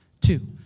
Two